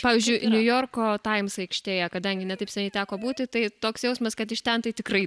pavyzdžiui niujorko times aikštėje kadangi ne taip seniai teko būti tai toks jausmas kad iš ten tai tikrai